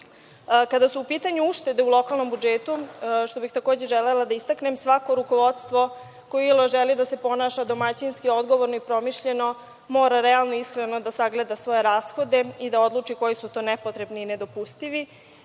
su u pitanju uštede u lokalnom budžetu, što bih želela da istaknem, svako rukovodstvo koje iole želi da se ponaša domaćinski, odgovorno i promišljeno mora realno, iskreno, da sagleda svoje rashode i da odluči koji su to nepotrebni i nedopustivi.